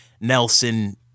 Nelson